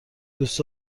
دوست